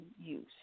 use